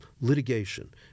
litigation